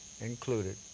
included